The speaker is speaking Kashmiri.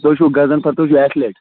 تُہۍ چھو غزنفَر تُہۍ چِھو اَٮ۪تھلیٖٹ